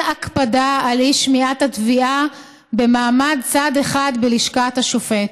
הקפדה על אי-שמיעת התביעה במעמד צד אחד בלשכת השופט.